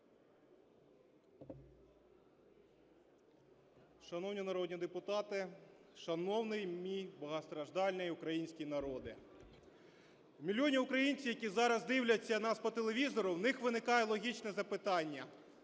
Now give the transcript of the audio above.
Шановні народні депутати, шановний мій багатостраждальний український народи! Мільйони українців, які зараз дивляться нас по телевізору, в них виникає логічне запитання: